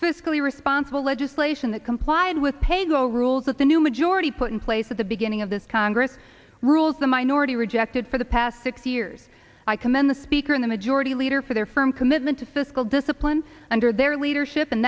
fiscally responsible legislation that complied with pay go rules that the new majority put in place at the beginning of this congress rules the minority rejected for the past six years i commend the speaker and the majority leader for their firm commitment to fiscal discipline under their leadership and